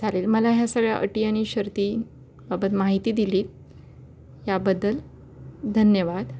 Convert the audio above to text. चालेल मला ह्या सगळ्या अटी आणि शर्तीबाबत माहिती दिलीत याबद्दल धन्यवाद